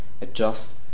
adjust